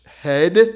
head